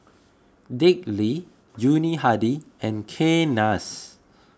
Dick Lee Yuni Hadi and Kay Das